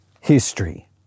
history